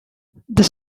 the